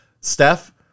Steph